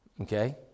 Okay